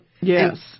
Yes